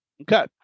Okay